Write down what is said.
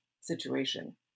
situation